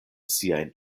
siajn